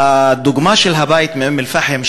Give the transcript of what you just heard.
הדוגמה של הבית מאום-אלפחם,